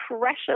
precious